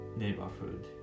neighborhood